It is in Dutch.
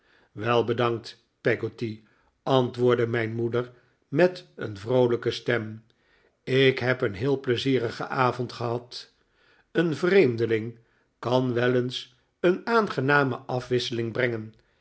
wel bedankt peggotty antwoordde mijn moeder met een vroolijke stem ik heb een heel pleizierigen avond gehad een vreemdeling kan wel eens een aangename afwisseling brengen